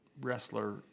wrestler